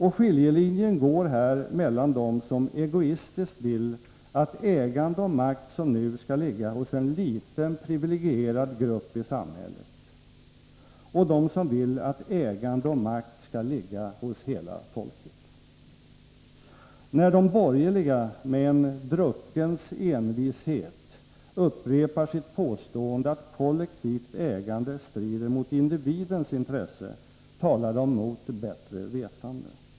Och skiljelinjen går här mellan dem som egoistiskt vill att ägande och makt som nu skall ligga hos en liten privilegierad grupp i samhället och dem som vill att ägande och makt skall ligga hos hela folket. När de borgerliga med en druckens envishet upprepar sitt påstående att kollektivt ägande strider mot individens intresse talar de mot bättre vetande.